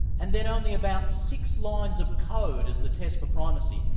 and then only about six lines of code is the test for primacy,